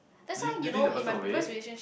do you do you think the person will wait